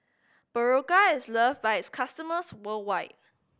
Berocca is loved by its customers worldwide